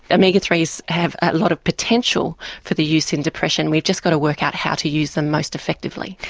omega three s have a lot of potential for the use in depression. we've just got to work out how to use them most effectively.